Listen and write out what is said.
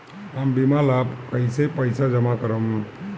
हम बीमा ला कईसे पईसा जमा करम?